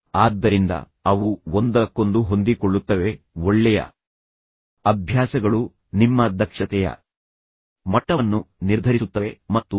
ಆದ್ದರಿಂದ ಅವು ಒಂದಕ್ಕೊಂದು ಹೊಂದಿಕೊಳ್ಳುತ್ತವೆ ಒಳ್ಳೆಯ ಅಭ್ಯಾಸಗಳು ನಿಮ್ಮ ದಕ್ಷತೆಯ ಮಟ್ಟವನ್ನು ನಿರ್ಧರಿಸುತ್ತವೆ ಮತ್ತು ನಿಮಗೆ ನಿಮ್ಮ ಬಾಸ್ ಮತ್ತು ಸಹೋದ್ಯೋಗಿಗಳಿಂದ ಸಾಕಷ್ಟು ಪ್ರೀತಿ ಮತ್ತು ಗೌರವ ತರುತ್ತದೆ